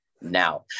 now